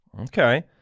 Okay